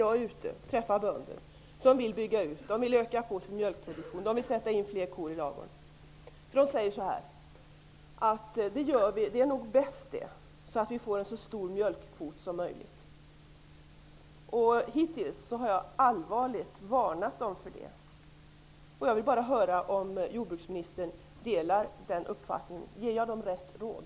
Jag är ibland ute och träffar bönder som vill bygga ut, som vill sätta in fler kor i ladugården och öka sin mjölkproduktion. De säger: Det är nog bäst det, så att vi får en så stor mjölkkvot som möjligt. Hittills har jag allvarligt varnat dem för det. Jag vill bara höra om jordbruksministern delar min uppfattning. Ger jag dem rätt råd?